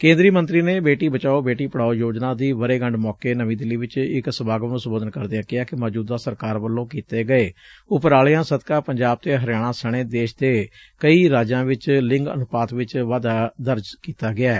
ਕੇਦਰੀ ਮੰਤਰੀ ਨੇ ਬੇਟੀ ਬਚਾਓ ਬੇਟੀ ਪੜਾਓ ਯੋਜਨਾ ਦੀ ਵਰ੍ਰੇਗੰਢ ਮੌਕੇ ਨਵੀ ਦਿੱਲੀ ਚ ਇਕ ਸਮਾਗਮ ਨੂੰ ਸੰਬੋਧਨ ਕਰਦਿਆ ਕਿਹਾ ਕਿ ਮੌਜੁਦਾ ਸਰਕਾਰ ਵੱਲੋਂ ਕੀਤੇ ਗਏ ਉਪਰਾਲਿਆਂ ਸਦਕਾ ਪੰਜਾਬ ਅਤੇ ਹਰਿਆਣਾ ਸਣੇ ਦੇਸ਼ ਦੇ ਕਈ ਰਾਜਾਂ ਵਿਚ ਲਿੰਗ ਅਨੁਪਾਤ ਚ ਵਾਧਾ ਦਰਜ ਕੀਤਾ ਗਿਐ